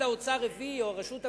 שמשרד האוצר הביא, או רשות המסים,